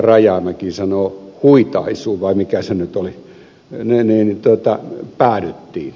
rajamäki sanoi huitaisuun vai mikä se nyt oli päädyttiin